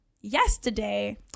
Yesterday